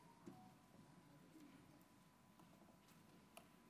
תשיב בשם שר המשפטים השרה אילת שקד.